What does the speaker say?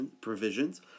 provisions